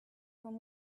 from